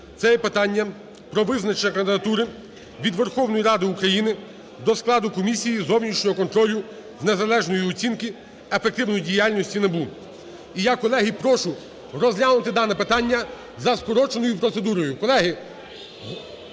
є питання про визначення кандидатури від Верховної Ради України до складу комісії зовнішнього контролю з незалежної оцінки ефективності діяльності НАБУ. І я, колеги, прошу розглянути дане питання за скороченою процедурою.